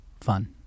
fun